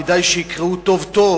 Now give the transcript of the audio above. כדאי שיקראו טוב טוב